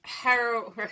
hero